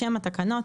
בשם התקנות,